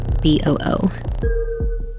B-O-O